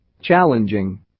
Challenging